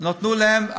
שנתנו להם.